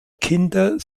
kinder